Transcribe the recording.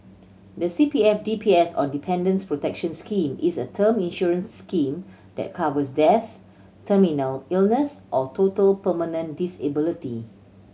the C P F D P S or Dependants' Protection Scheme is a term insurance scheme that covers death terminal illness or total permanent disability